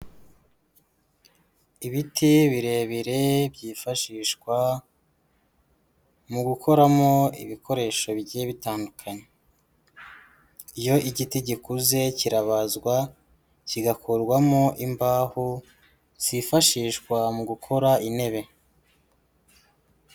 Ibiti birebire byifashishwa mu gukoramo ibikoresho bigiye bitandukanye, iyo igiti gikuze kirabazwa kigakurwamo imbaho zifashishwa mu gukora intebe.